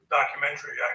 documentary